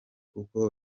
kuko